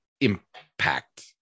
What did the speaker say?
impact